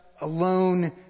alone